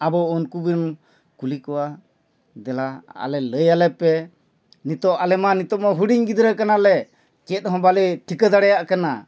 ᱟᱵᱚ ᱩᱱᱠᱩ ᱵᱚᱱ ᱠᱩᱞᱤ ᱠᱚᱣᱟ ᱫᱮᱞᱟ ᱟᱞᱮ ᱞᱟᱹᱭ ᱟᱞᱮ ᱯᱮ ᱱᱤᱛᱳᱜ ᱟᱞᱮ ᱢᱟ ᱱᱤᱛᱳᱜ ᱢᱟ ᱦᱩᱰᱤᱧ ᱜᱤᱫᱽᱨᱟᱹ ᱠᱟᱱᱟᱞᱮ ᱪᱮᱫ ᱦᱚᱸ ᱵᱟᱞᱮ ᱴᱷᱤᱠᱟᱹ ᱫᱟᱲᱮᱭᱟᱜ ᱠᱟᱱᱟ